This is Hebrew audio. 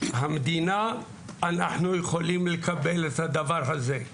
המדינה אנחנו יכולים לקבל את הדבר הזה.